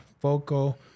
Foco